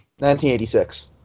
1986